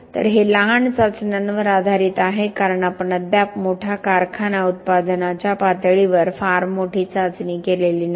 तर हे लहान चाचण्यांवर आधारित आहे कारण आपण अद्याप मोठ्या कारखाना उत्पादनाच्या पातळीवर फार मोठी चाचणी केलेली नाही